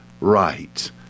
right